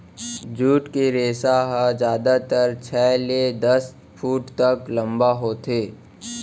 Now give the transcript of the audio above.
jute के रेसा ह जादातर छै ले दस फूट तक लंबा होथे